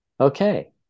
Okay